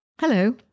Hello